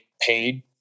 paid